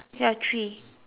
ya three